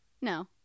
No